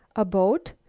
a boat?